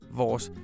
vores